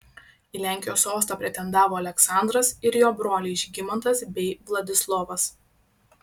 į lenkijos sostą pretendavo aleksandras ir jo broliai žygimantas bei vladislovas